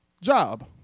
job